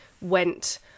went